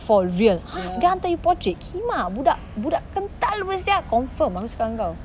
for real !huh! dia hantar you portrait kimak budak-budak kental [pe] sia confirm aku cakap dengan kau